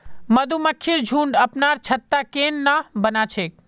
मधुमक्खिर झुंड अपनार छत्ता केन न बना छेक